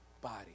body